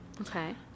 Okay